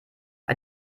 bei